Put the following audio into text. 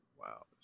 wow